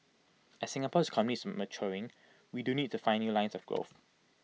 as Singapore's economy is maturing we do need to find new lines of growth